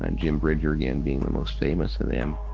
and jim bridger, again, being the most famous of them.